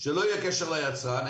שלא יהיה קשר ליצרן.